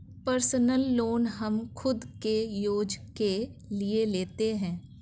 personal loan हम खुद के यूज के लिए लेते है